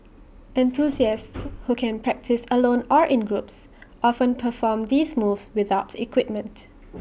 enthusiasts who can practise alone or in groups often perform these moves without equipment